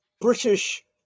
British